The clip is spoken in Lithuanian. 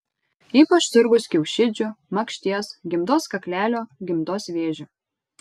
ypač sirgus kiaušidžių makšties gimdos kaklelio gimdos vėžiu